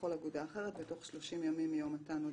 לכל אגודה אחרת בתוך 30 ימים מיום מתן הודעתו,